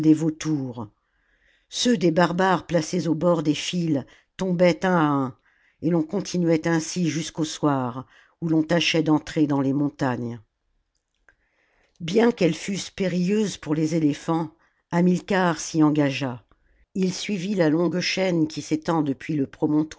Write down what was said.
vautours ceux des barbares placés au bord des files tombaient un à un et l'on continuait ainsi jusqu'au soir où l'on tâchait d'entrer dans les montagnes bien qu'elles fussent périlleuses pour les éléphants hamilcar s'y engagea il suivit la longue chaîne qui s'étend depuis le